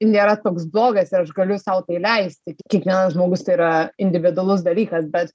nėra toks blogas ir aš galiu sau tai leisti kiekvienas žmogus yra individualus dalykas bet